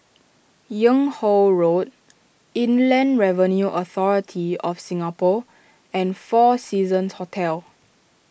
Yung Ho Road Inland Revenue Authority of Singapore and four Seasons Hotel